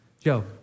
Joe